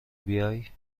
بیای